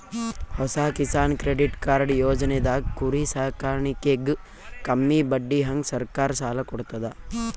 ಹೊಸ Kisan credit card ಯೋಜನೆದಾಗ್ ಕುರಿ ಸಾಕಾಣಿಕೆಗ್ ಕಮ್ಮಿ ಬಡ್ಡಿಹಂಗ್ ಸರ್ಕಾರ್ ಸಾಲ ಕೊಡ್ತದ್